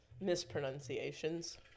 Mispronunciations